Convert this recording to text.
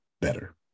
better